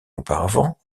auparavant